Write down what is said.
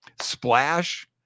splash